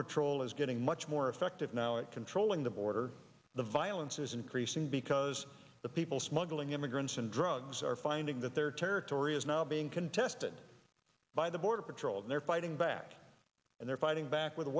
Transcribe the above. patrol is getting much more effective now at controlling the border the violence is increasing because the people smuggling immigrants and drugs are finding that their territory is now being contested by the border patrol and they're fighting back and they're fighting back with